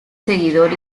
seguidor